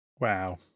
Wow